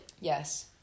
Yes